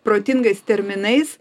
protingais terminais